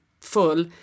full